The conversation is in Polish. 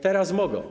Teraz mogą.